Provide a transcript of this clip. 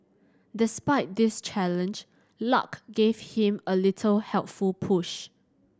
despite this challenge luck gave him a little helpful push